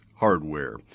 Hardware